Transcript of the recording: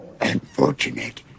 Unfortunate